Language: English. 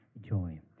joy